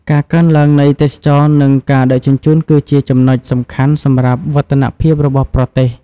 ការកើនឡើងនៃទេសចរណ៍និងការដឹកជញ្ជូនគឺជាចំណុចសំខាន់សម្រាប់វឌ្ឍនភាពរបស់ប្រទេស។